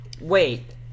Wait